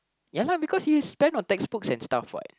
ya lah because you spend on textbooks and stuff what